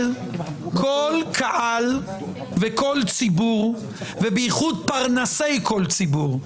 אבל כל קהל וכל ציבור, ובייחוד פרנסי כל ציבור,